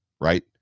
right